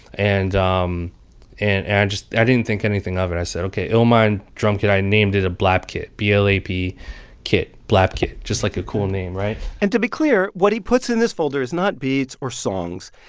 and um and and just i didn't think anything of it. i said, ok, illmind drum kit i named it a blap kit b l a p kit blap kit. just, like, a cool name, right? and to be clear, what he puts in this folder is not beats or songs.